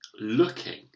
looking